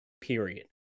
period